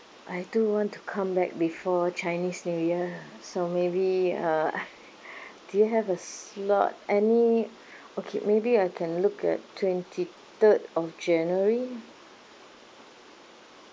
I do want to come back before chinese new year so maybe uh do you have a slot any okay maybe I can look at twenty third of january